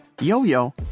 yo-yo